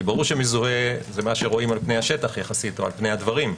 כי ברור שמזוהה זה מה שרואים על פני השטח יחסית או על פני הדברים.